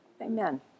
amen